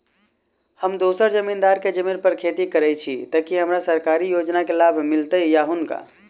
हम दोसर जमींदार केँ जमीन पर खेती करै छी तऽ की हमरा सरकारी योजना केँ लाभ मीलतय या हुनका?